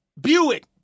Buick